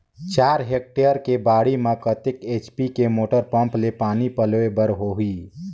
चार हेक्टेयर के बाड़ी म कतेक एच.पी के मोटर पम्म ले पानी पलोय बर होही?